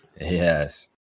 Yes